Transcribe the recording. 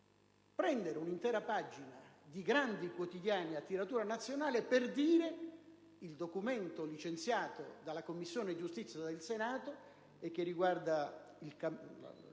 prendere una intera pagina di grandi quotidiani a tiratura nazionale per dire che il documento licenziato dalla Commissione giustizia del Senato riguardante il